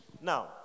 Now